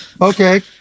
Okay